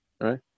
right